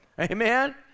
amen